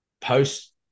post